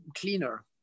cleaner